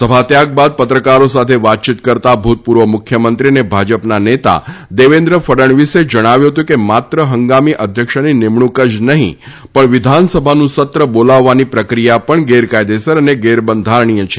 સભાત્યાગ બાદ પત્રકારો સાથે વાતચીત કરતા ભૂતપૂર્વ મુખ્યમંત્રી અને ભાજપના નેતા દેવેન્દ્ર ફડણવીસે જણાવ્યું હતું કે માત્ર હંગામી અધ્યક્ષની નિમણૂંક જ નહીં પણ વિધાનસભાનું સત્ર બોલાવવાની પ્રક્રિયા પણ ગેરકાયદેસર અને ગેરબંધારણીય છે